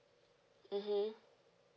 mmhmm